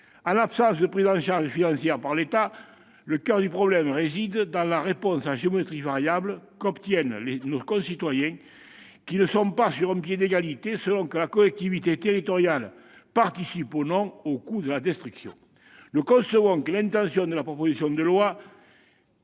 En l'absence de prise en charge financière par l'État, le coeur du problème réside dans la réponse à géométrie variable qu'obtiennent nos concitoyens, qui ne sont pas sur un pied d'égalité selon que la collectivité territoriale participe ou non au coût de la destruction. Nous concevons que l'intention des auteurs de la proposition de loi